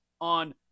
on